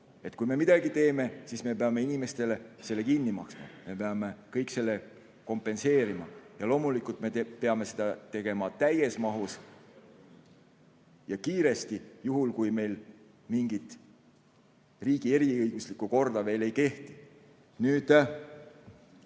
Kui me midagi teeme, siis me peame inimestele selle kinni maksma, me peame kõik selle kompenseerima. Ja loomulikult me peame seda tegema täies mahus ja kiiresti, juhul kui meil mingit eriõiguslikku korda veel ei kehti. Nüüd,